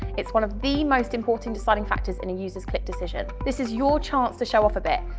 it's one of the most important deciding factor in a user's click decision. this is your chance to show off a bit,